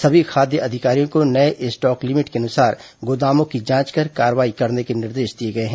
सभी खाद्य अधिकारियों को नए स्टॉक लिमिट के अनुसार गोदामों की जांच कर कार्रवाई करने के निर्देश दिए गए हैं